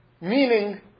Meaning